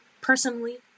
personally